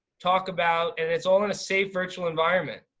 talk about and it's all in a safe virtual environment.